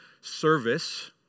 service